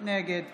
נגד